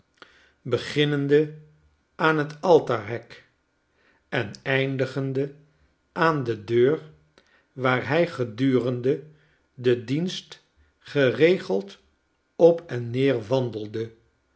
beginnende aan het altaar hek en eindigende aan de deur waar hij gedurende den dienst geregeld op en neer wandelde